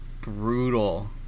brutal